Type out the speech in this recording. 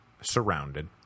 surrounded